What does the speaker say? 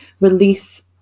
release